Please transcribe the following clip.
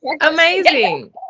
amazing